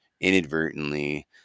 inadvertently